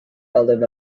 although